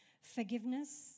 Forgiveness